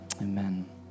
amen